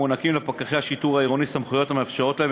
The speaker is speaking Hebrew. מוענקים לפקחי השיטור העירוני סמכויות המאפשרות להם,